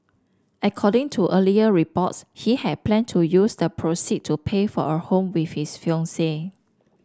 according to earlier reports he had planned to use the proceed to pay for a home with his fiancee